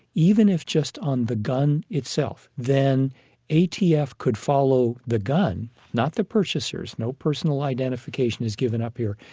even if just on the gun itself, then atf could follow the gun, not the purchasers no personal identification is given up here,